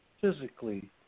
physically